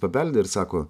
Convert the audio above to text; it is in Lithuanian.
pabeldė ir sako